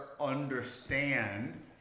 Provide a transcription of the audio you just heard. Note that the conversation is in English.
understand